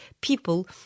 people